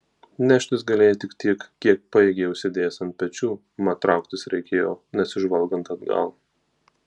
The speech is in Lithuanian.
neštis galėjai tik tiek kiek pajėgei užsidėjęs ant pečių mat trauktis reikėjo nesižvalgant atgal